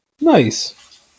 Nice